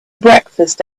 breakfast